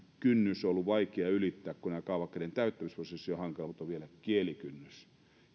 kynnys ollut vaikea ylittää kun tämä kaavakkeiden täyttämisprosessi on hankala mutta on vielä kielikynnys